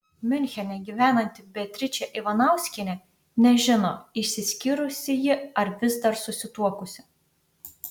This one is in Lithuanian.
miunchene gyvenanti beatričė ivanauskienė nežino išsiskyrusi ji ar vis dar susituokusi